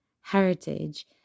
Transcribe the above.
heritage